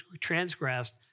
transgressed